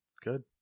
Good